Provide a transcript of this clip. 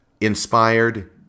inspired